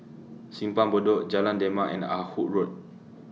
Simpang Bedok Jalan Demak and Ah Hood Road